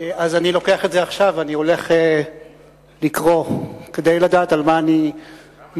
אז אני לוקח את זה עכשיו ואני הולך לקרוא כדי לדעת על מה אני מצביע.